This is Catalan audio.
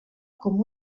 com